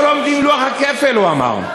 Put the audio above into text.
לא לומדים לוח הכפל, הוא אמר.